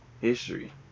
history